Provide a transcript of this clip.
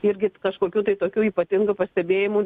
irgi t kažkokių tai tokių ypatingų pastebėjimų